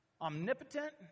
omnipotent